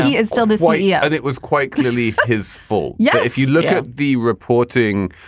it's still this way yeah, it it was quite clearly his full. yeah. if you look at the reporting,